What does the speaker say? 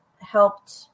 helped